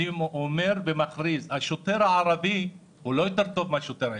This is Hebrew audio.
אני אומר ומכריז" השוטר הערבי הוא לא יותר טוב מהשוטר היהודי.